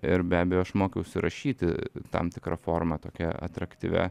ir be abejo aš mokiausi rašyti tam tikra forma tokia atraktyvia